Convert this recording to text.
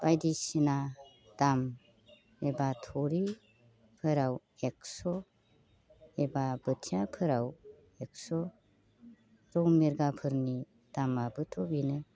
बायदिसिना दाम एबा थुरिफोराव एकस' एबा बोथियाफोराव एकस' रौ मिरगाफोरनि दामआबोथ' बेनो